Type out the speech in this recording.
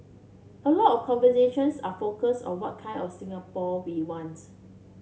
a lot of conversations are focused on what kind of Singapore we wants